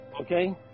Okay